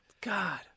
God